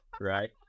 Right